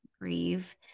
grieve